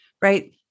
right